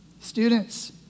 Students